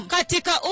Katika